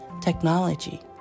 technology